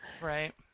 Right